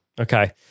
Okay